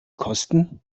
kosten